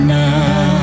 now